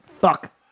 Fuck